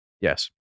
Yes